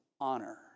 honor